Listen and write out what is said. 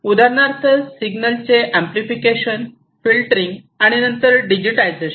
उदाहरणार्थ सिग्नलचे amplification filtering आणि नंतर डिजिटायझेशन